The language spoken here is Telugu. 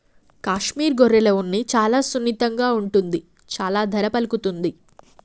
కాశ్మీర్ గొర్రెల ఉన్ని చాలా సున్నితంగా ఉంటుంది చాలా ధర పలుకుతుంది